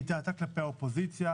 היא טעתה כלפי האופוזיציה,